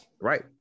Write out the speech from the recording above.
right